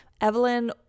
Evelyn